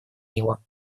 него